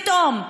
פתאום,